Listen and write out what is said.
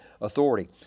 authority